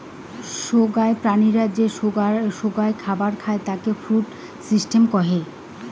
সোগায় প্রাণীরা যে সোগায় খাবার খাই তাকে ফুড সিস্টেম কহে